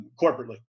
Corporately